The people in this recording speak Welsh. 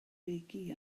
regi